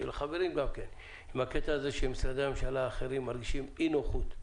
וגם לחברים עם זה שמשרדי הממשלה האחרים חשים אי-נוחות.